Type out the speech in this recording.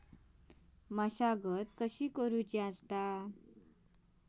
मशागत कशी करूची हा?